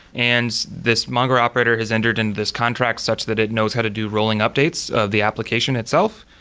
and this mongo operator has entered in this contract, such that it knows how to do rolling updates of the application itself.